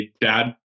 dad